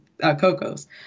Cocos